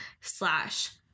slash